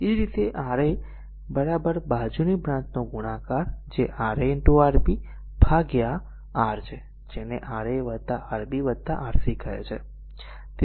એ જ રીતે R a બાજુની બ્રાંચનું ગુણાકાર જે Ra Rb divided by r છે Ra Rb Rc કહે છે